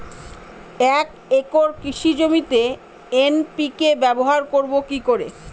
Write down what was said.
এক একর কৃষি জমিতে এন.পি.কে ব্যবহার করব কি করে?